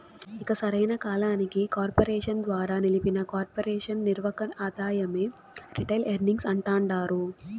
ఇక సరైన కాలానికి కార్పెరేషన్ ద్వారా నిలిపిన కొర్పెరేషన్ నిర్వక ఆదాయమే రిటైల్ ఎర్నింగ్స్ అంటాండారు